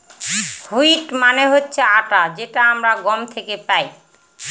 wheat মানে হচ্ছে আটা যেটা আমরা গম থেকে পাই